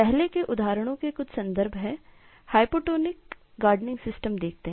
पहले के उदाहरणों के कुछ संदर्भ हैं hypotonic gardening system देखते हैं